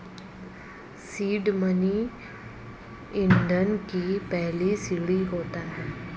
seed money ईंधन की पहली सीढ़ी होता है